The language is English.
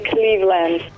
Cleveland